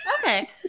Okay